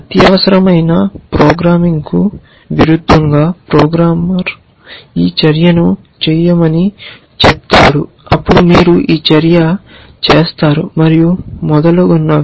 అత్యవసరమైన ప్రోగ్రామింగ్కు విరుద్ధంగా ప్రోగ్రామర్ ఈ చర్యను చేయమని చెప్తాడు అప్పుడు మీరు ఈ చర్య చేస్తారు మరియు మొదలగునవి